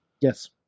Yes